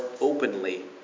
openly